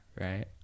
right